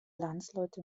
landsleute